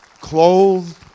Clothed